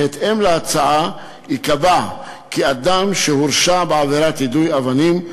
בהתאם להצעה ייקבע כי אדם שהורשע בעבירת יידוי אבנים,